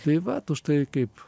tai vat užtai kaip